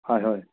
হয় হয়